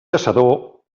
caçador